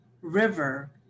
river